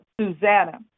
Susanna